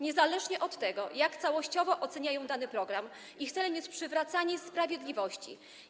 Niezależnie od tego, jak całościowo oceniają dany program, ich celem jest przywracanie sprawiedliwości.